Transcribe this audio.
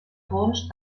fons